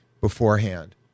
beforehand